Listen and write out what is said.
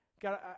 God